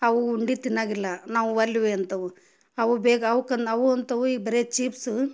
ಅವು ಉಂಡೆ ತಿನ್ನಾಗಿಲ್ಲ ನಾವು ಒಲ್ವು ಅಂತವೆ ಅವು ಬೇಗ ಅವ್ಕನ್ ಅವು ಅಂತವು ಈಗ ಬರೇ ಚೀಪ್ಸ